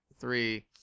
Three